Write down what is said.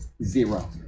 Zero